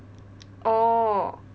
oh